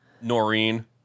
Noreen